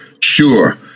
sure